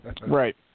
Right